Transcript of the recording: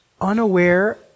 unaware